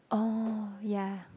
oh yeah